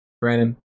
Brandon